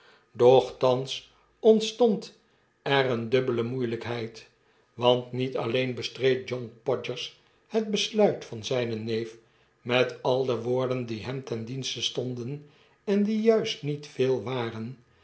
doch thans ontstond er eene dubbele moeielflkheid want niet alleen bestreed john podgers het besluit van zijnen neef met al de woorden die hem ten dienste stonden en die juist niet veel waren